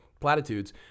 platitudes